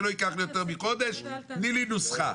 שלא ייקח יותר מחודש תני לי נוסחה.